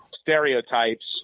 stereotypes